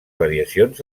variacions